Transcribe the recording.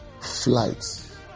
Flights